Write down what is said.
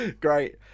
Great